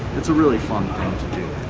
it's a really fun thing to do